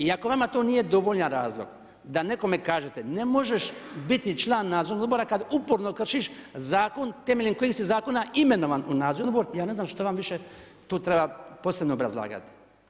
I ako vama to nije dovoljan razlog da nekome kažete ne možeš biti član nadzornog odbora kada uporno kršiš zakon temeljem kojeg se zakona imenovan u nadzorni odbor, ja ne znam što vam više tu treba posebno obrazlagat.